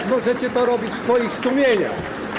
Jak możecie to robić w swoich sumieniach?